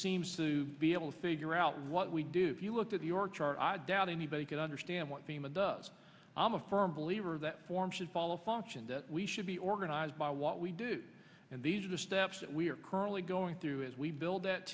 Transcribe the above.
seems to be able to figure out what we do if you look at the org chart i doubt anybody can understand what the man does i'm a firm believer that form should follow function that we should be organized by what we do and these are the steps that we're currently going through as we build that